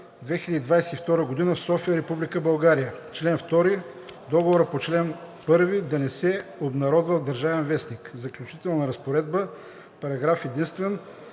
2022 г. в София – Република България. Член 2. Договорът по чл. 2 да не се обнародва в „Държавен вестник“. Заключителна разпоредба Параграф единствен.